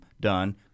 done